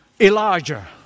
Elijah